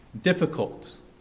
difficult